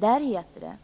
Där heter det: